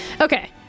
Okay